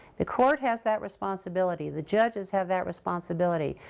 the court has that responsibility. the judges have that responsibility,